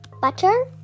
butter